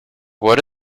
what